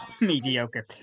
mediocre